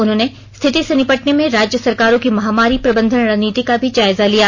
उन्होंने स्थिति से निपटने में राज्य सरकारों की महामारी प्रबंधन रणनीति का भी जायजा लिया